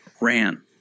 ran